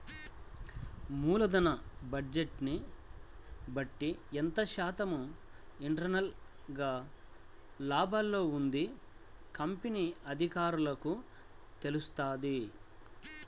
మూలధన బడ్జెట్ని బట్టి ఎంత శాతం ఇంటర్నల్ గా లాభాల్లో ఉన్నది కంపెనీ అధికారులకు తెలుత్తది